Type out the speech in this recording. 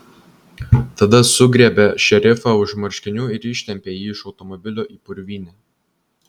tada sugriebė šerifą už marškinių ir ištempė jį iš automobilio į purvynę